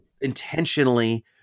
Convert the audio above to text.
intentionally